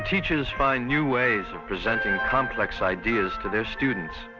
the teachers find new ways of presenting complex ideas to their students